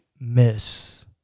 miss